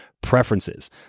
preferences